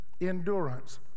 endurance